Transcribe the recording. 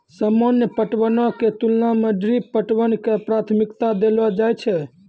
सामान्य पटवनो के तुलना मे ड्रिप पटवन के प्राथमिकता देलो जाय छै